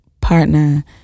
partner